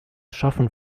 schaffen